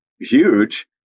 huge